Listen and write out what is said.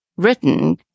written